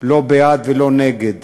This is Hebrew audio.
לא בעד ולא נגד,